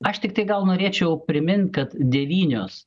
aš tiktai gal norėčiau primint kad devynios